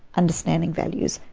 understanding values,